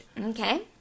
Okay